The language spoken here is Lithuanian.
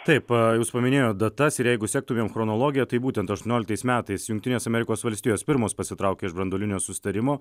taip jūs paminėjot datas ir jeigu sektumėm chronologiją tai būtent aštuonioliktais metais jungtinės amerikos valstijos pirmos pasitraukė iš branduolinio susitarimo